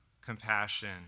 compassion